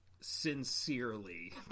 sincerely